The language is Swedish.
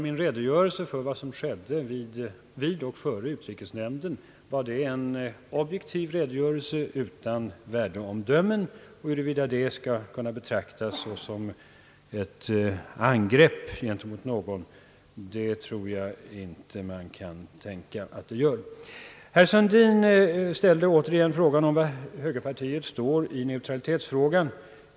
Min redogörelse för vad som skedde före och vid utrikesnämndens sammanträde var en objektiv redogörelse utan värdeomdömen. Jag tror inte man kan tänka sig att den skall kunna betraktas som ett angrepp mot någon. Herr Sundin frågade återigen var högerpartiet står i neutralitetsfrågan.